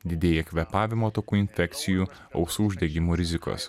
didėja kvėpavimo takų infekcijų ausų uždegimų rizikos